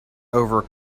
over